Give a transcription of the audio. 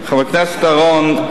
חבר הכנסת אורון,